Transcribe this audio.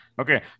Okay